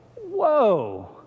whoa